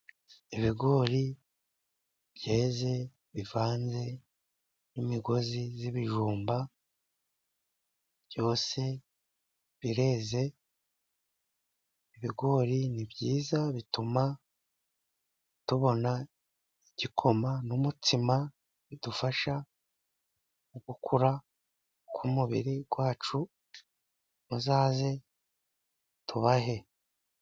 Ibigori byeze bivanze n'imigozi y'ibijumba, byose bireze. Ibigori nibyiza bituma tubona igikoma n'umutsima, bidufasha gukura k'umubiri wacu muzaze tubahe.